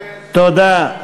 תודה.